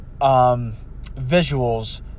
visuals